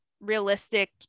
realistic